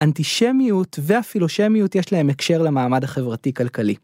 האנטישמיות והפילושמיות יש להם הקשר למעמד החברתי כלכלי.